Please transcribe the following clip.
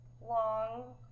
long